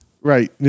Right